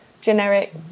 generic